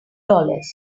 dollars